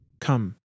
Come